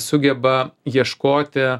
sugeba ieškoti